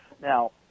Now